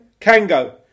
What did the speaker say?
Kango